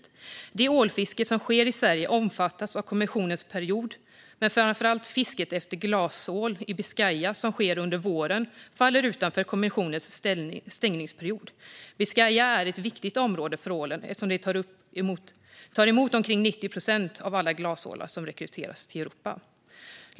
Det andra är att medan det ålfiske som sker i Sverige omfattas av kommissionens stängningsperiod faller framför allt fisket efter glasål i Biscaya, som sker under våren, utanför stängningsperioden. Biscaya är ett viktigt område för ålen eftersom det tar emot omkring 90 procent av alla glasålar som migrerar till Europa.